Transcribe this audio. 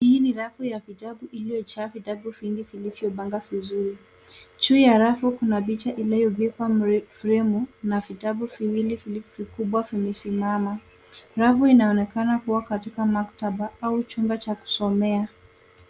Hii ni rafu ya vitabu iliyojaa vitabu vingi vilivyopangwa vizuri. Juu ya rafu kuna picha iliyopigwa na fremu na vitabu viwili vilivyo kubwa vimesimama. Rafu kinaonekana kuwa katika maktaba au chumba cha kusomea.